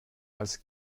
als